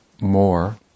more